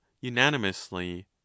unanimously